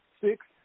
Six